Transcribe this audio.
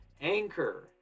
Anchor